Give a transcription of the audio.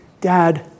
Dad